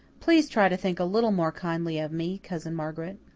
please try to think a little more kindly of me, cousin margaret.